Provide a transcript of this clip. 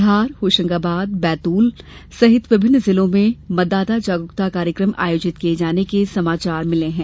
धार होशंगाबादसहित विभिन्न जिलों से मतदाता जागरूकता कार्यक्रम आयोजित किये जाने के समाचार मिलें है